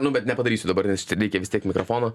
nu bet nepadarysiu dabar nes čia reikia vis tiek mikrofono